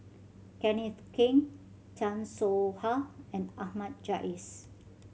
Kenneth Keng Chan Soh Ha and Ahmad Jais